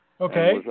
Okay